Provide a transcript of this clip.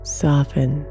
soften